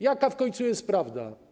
Jaka w końcu jest prawda?